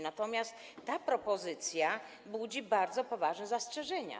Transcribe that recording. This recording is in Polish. Natomiast ta propozycja budzi bardzo poważne zastrzeżenia.